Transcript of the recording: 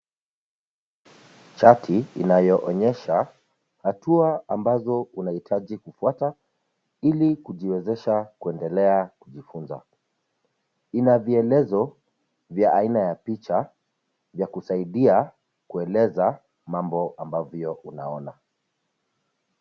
Chati inayoonyesha, hatua ambazo unahitaji kufuata, ilikujiwezesha kuendelea kujifunza, ina vielezo, vya aina ya picha, vya kusaidia kueleza, mambo ambavyo unaona.